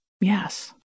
yes